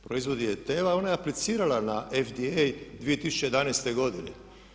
Proizvodi je … a ona je aplicirala na FDA 2011. godine.